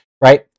right